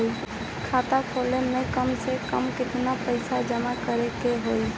खाता खोले में कम से कम केतना पइसा जमा करे के होई?